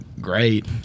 great